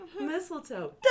Mistletoe